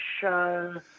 show